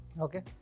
Okay